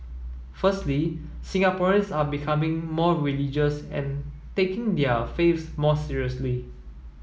firstly Singaporeans are becoming more religious and taking their faiths more seriously